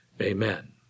Amen